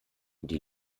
die